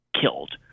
killed